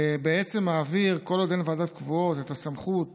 בעצם מעבירים, כל עוד אין ועדות קבועות, את הסמכות